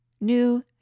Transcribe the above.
new